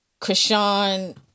Krishan